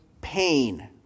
pain